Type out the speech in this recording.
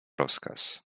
rozkaz